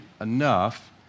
enough